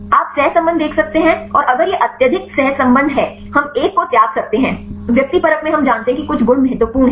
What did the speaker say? आप सहसंबंध देख सकते हैं और अगर यह अत्यधिक सहसंबद्ध है हम एक को त्याग सकते हैं व्यक्तिपरक में हम जानते हैं कि कुछ गुण महत्वपूर्ण हैं